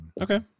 Okay